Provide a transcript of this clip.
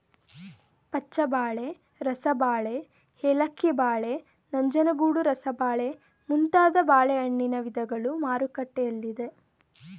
ಪಚ್ಚಬಾಳೆ, ರಸಬಾಳೆ, ಏಲಕ್ಕಿ ಬಾಳೆ, ನಂಜನಗೂಡು ರಸಬಾಳೆ ಮುಂತಾದ ಬಾಳೆಹಣ್ಣಿನ ವಿಧಗಳು ಮಾರುಕಟ್ಟೆಯಲ್ಲಿದೆ